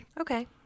Okay